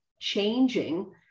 changing